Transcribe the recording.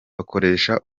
bakoresha